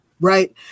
right